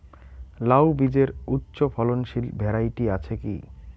লাউ বীজের উচ্চ ফলনশীল ভ্যারাইটি আছে কী?